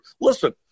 Listen